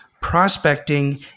prospecting